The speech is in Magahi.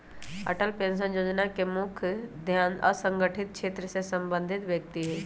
अटल पेंशन जोजना के मुख्य ध्यान असंगठित क्षेत्र से संबंधित व्यक्ति हइ